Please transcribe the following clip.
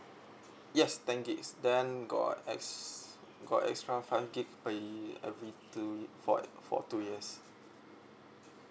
yes ten gigs then got ex~ got extra five gig per year every two for for two years